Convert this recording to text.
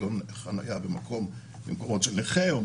כגון חניה במקום של נכה.